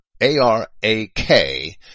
A-R-A-K